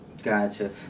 Gotcha